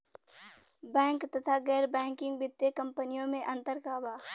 Bank तथा गैर banking वित्तीय कम्पनीयो मे अन्तर का बा?